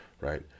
right